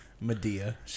Medea